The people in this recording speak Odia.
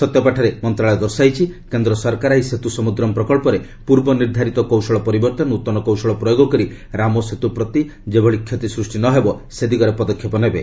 ସତ୍ୟପାଠରେ ମନ୍ତ୍ରଣାଳୟ ଦର୍ଶାଇଛି କେନ୍ଦ୍ର ସରକାର ଏହି ସେତୁ ସମୁଦ୍ରମ୍ ପ୍ରକଳ୍ପରେ ପୂର୍ବ ନିର୍ଦ୍ଧାରିତ କୌଶଳ ପରିବର୍ତ୍ତେ ନୃତନ କୌଶଳ ପ୍ରୟୋଗ କରି ରାମସେତୁ ପ୍ରତି ଯେଭଳି କ୍ଷତି ସୃଷ୍ଟି ନ ହେବ ସେ ଦିଗରେ ପଦକ୍ଷେପ ନେବେ